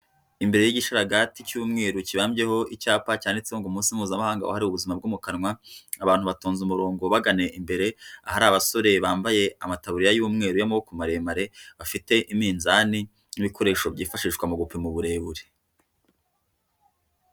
Imbere y'igisharaga cy'umweru kibabyeho icyapa cyanditseho ngo umunsi mpuzamahanga, wahariwe ubuzima bwo mu kanwa, abantu batonze umurongo bagana imbere, ahari abasore bambaye amatabuja y'umweru y'amaboko maremare, bafite iminzani n'ibikoresho byifashishwa mu gupima uburebure.